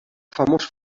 famós